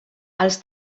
els